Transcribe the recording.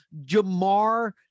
Jamar